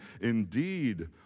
indeed